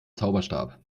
zauberstab